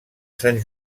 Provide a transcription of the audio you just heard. sant